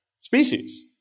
species